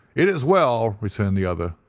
it is well, returned the other.